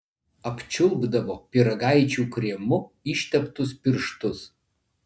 apčiulpdavo pyragaičių kremu išteptus pirštus